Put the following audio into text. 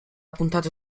puntata